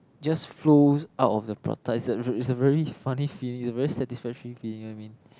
just flows out of the prata is a is a very funny feeling is a very satisfying feeling know what I mean